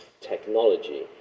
technology